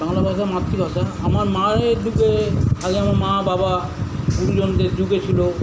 বাংলা ভাষা মাতৃভাষা আমার মায়ের দিকে আগে আমার মা বাবা গুরুজনদের যুগে ছিল